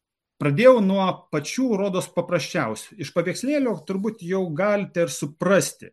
pradėjau nuo pačių rodos paprasčiausių iš paveikslėlio turbūt jau galite suprasti